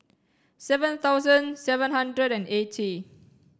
seven thousand seven hundred and eighty